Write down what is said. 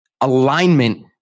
alignment